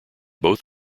both